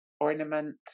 ornament